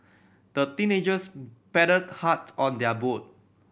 the teenagers paddled hard on their boat